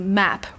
map